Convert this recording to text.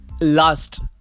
last